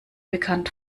bekannt